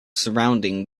surrounding